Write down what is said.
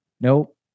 Nope